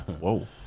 Whoa